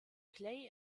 clay